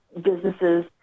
businesses